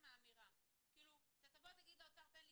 תן לי כסף.